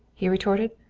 he retorted,